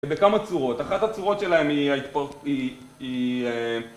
בכמה צורות. אחת הצורות שלהם היא...